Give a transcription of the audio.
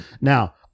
Now